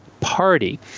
party